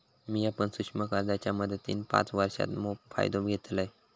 मिया पण सूक्ष्म कर्जाच्या मदतीन पाच वर्षांत मोप फायदो घेतलंय